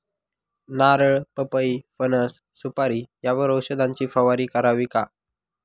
नारळ, पपई, फणस, सुपारी यावर औषधाची फवारणी करावी का?